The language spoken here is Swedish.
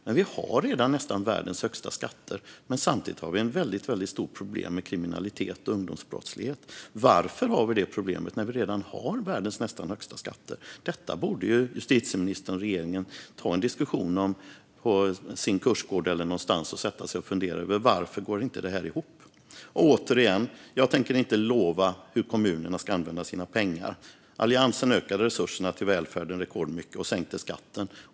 Men vi har redan världens nästan högsta skatter, samtidigt som vi har ett väldigt stort problem med kriminalitet och ungdomsbrottslighet. Varför har vi det problemet, när vi redan har världens nästan högsta skatter? Detta borde justitieministern och regeringen ta en diskussion om. Man borde sätta sig på sin kursgård eller någon annanstans och fundera över varför detta inte går ihop. Återigen: Jag tänker inte lova hur kommunerna ska använda sina pengar. Alliansen ökade resurserna till välfärden rekordmycket och sänkte skatten.